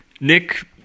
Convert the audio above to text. nick